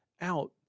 out